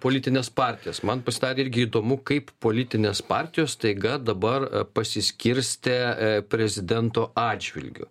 politines partijas man pasidarė irgi įdomu kaip politinės partijos staiga dabar pasiskirstę prezidento atžvilgiu